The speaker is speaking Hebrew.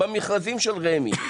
במכרזים של רמ"י,